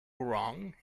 wrong